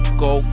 go